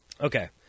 Okay